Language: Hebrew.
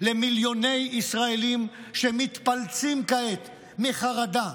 למיליוני ישראלים שמתפלצים כעת מחרדה,